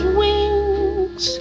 wings